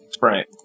right